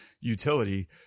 utility